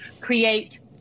create